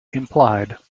implied